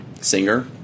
singer